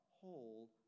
whole